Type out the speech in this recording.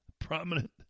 Prominent